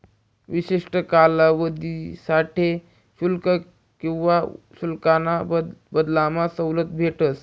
विशिष्ठ कालावधीसाठे शुल्क किवा शुल्काना बदलामा सवलत भेटस